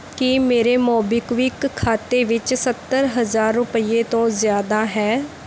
ਕੀ ਮੇਰੇ ਮੋਬੀਕਵਿਕ ਖਾਤੇ ਵਿੱਚ ਸੱਤਰ ਹਜ਼ਾਰ ਰੁਪਈਏ ਤੋਂ ਜ਼ਿਆਦਾ ਹੈ